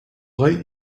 light